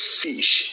fish